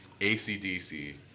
ACDC